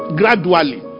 gradually